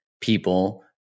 people